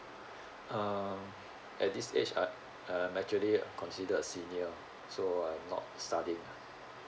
um at this age I I'm actually considered a senior so I'm not studying lah